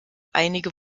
einige